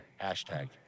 Hashtag